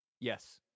Yes